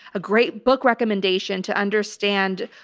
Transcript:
a great book recommendation to understand,